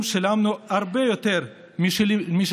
בנוסף,